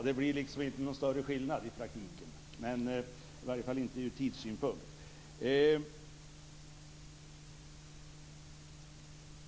Fru talman!